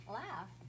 laugh